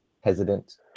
hesitant